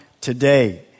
today